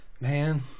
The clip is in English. man